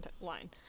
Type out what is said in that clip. line